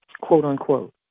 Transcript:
quote-unquote